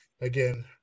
Again